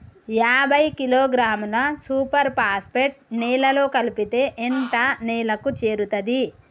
యాభై కిలోగ్రాముల super phosphate నేలలో కలిపితే ఎంత నేలకు చేరుతది?